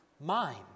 mind